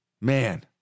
man